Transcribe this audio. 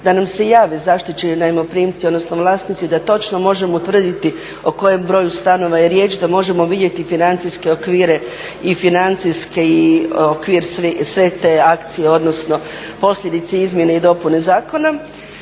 da nam se jave zaštićeni najmoprimci odnosno vlasnici da točno možemo utvrditi o kojem broju stanova je riječ, da možemo vidjeti financijske okvire i financijski okvir sve te akcije, odnosno posljedice izmjene i dopune zakona.